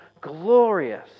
glorious